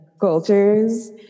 cultures